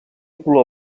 color